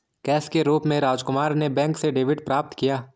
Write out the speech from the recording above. cash के रूप में राजकुमार ने बैंक से डेबिट प्राप्त किया